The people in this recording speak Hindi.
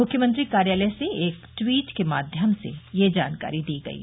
मुख्यमंत्री कार्यालय से एक ट्वीट के माध्यम से यह जानकारी दी गयी